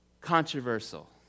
controversial